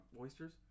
oysters